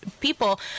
people